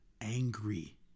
angry